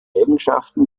eigenschaften